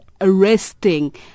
arresting